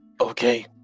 okay